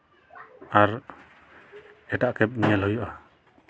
ᱟᱨ ᱮᱴᱟᱜ ᱠᱮᱵᱽ ᱧᱮᱞ ᱦᱩᱭᱩᱜᱼᱟ